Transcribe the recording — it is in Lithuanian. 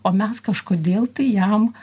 o mes kažkodėl tai jam